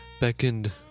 beckoned